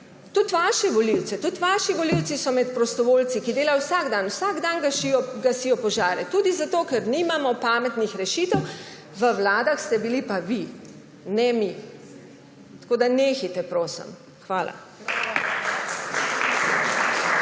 Tudi vaši volivci so med prostovoljci, ki delajo vsak dan. Vsak dan gasijo požare tudi zato, ker nimamo pametnih rešitev. V vladah ste bili pa vi, ne mi. Nehajte, prosim! Hvala.